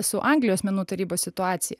su anglijos menų taryba situacija